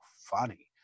funny